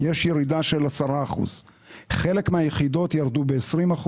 יש ירידה של 10%. חלק מהיחידות ירדו ב-20%,